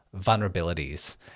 vulnerabilities